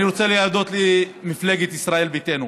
אני רוצה להודות למפלגת ישראל ביתנו,